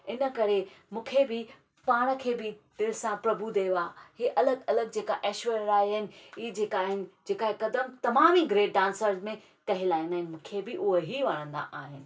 इन करे मूंखे बि पाण खे बि दिलि सां प्रभु देवा खे अलॻि अलॻि जेका ऐश्वर्या राय आहिनि इअ जेका आहिनि जेका हिकदमि तमामु ई ग्रेट डांसर में कहलाईंदा आहिनि मूंखे बि उहे ई वणंदा आहिनि